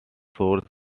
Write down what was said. shore